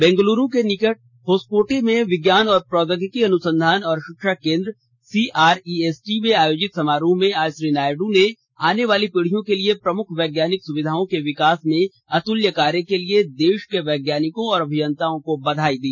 बेंगलुरु को निकट होसकोटे में विज्ञान और प्रौद्योगिकी अनुंधसान और शिक्षा केन्द्र सीआरईएसटी में आयोजित समारोह में आज श्री नायडू ने आने वाली पीढियों के लिए प्रमुख वैज्ञानिक सुविधाओं के विकास में अतुल्य कार्य के लिए देश के वैज्ञानिकों और अभियंताओं को बधाई दी